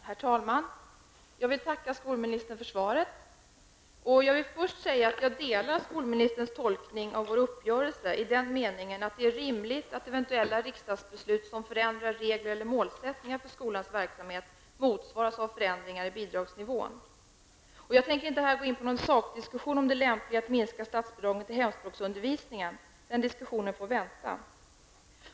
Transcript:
Herr talman! Jag vill tacka skolministern för svaret. Jag vill först säga att jag delar skolministerns tolkning av vår uppgörelse i den meningen att det är rimligt att eventuella riksdagsbeslut som förändrar regler eller målsättningar för skolans verksamhet motsvaras av förändringar i bidragsnivån. Jag tänker inte här gå in på någon sakdiskussion om det lämpliga i att minska statsbidraget till hemspråksundervisningen -- den diskussionen får vänta.